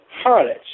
harlots